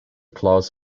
claws